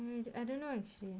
um I don't know actually